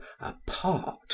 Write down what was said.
apart